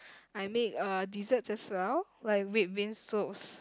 I make uh desserts as well like red bean soups